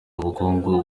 ubukungu